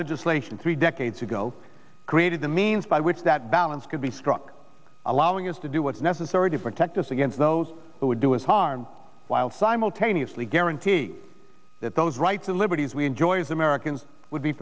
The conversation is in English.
legislation three decades ago created the means by which that balance could be struck allowing us to do what's necessary to protect us against those who would do us harm while simultaneously guarantee that those rights and liberties we enjoy as americans would be